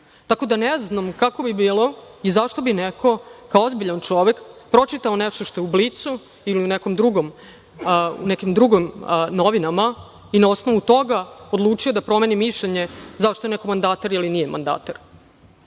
Tako da, ne znam kako bi bilo i zašto bi neko kao ozbiljan čovek pročitao nešto što je u Blicu, ili u nekim drugim novinama, i na osnovu toga odlučio da promeni mišljenje zašto je neko mandatar ili nije mandatar.